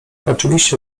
oczywiście